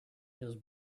his